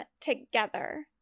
together